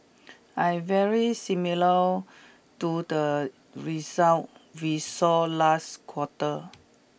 I very similar to the results we saw last quarter